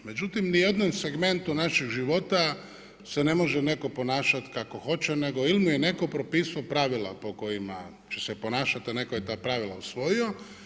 Međutim, u ni jednom segmentu našeg života se ne može netko ponašati kako hoće nego ili mu je netko propisao pravila po kojima će se ponašati, a netko je ta pravila usvojio.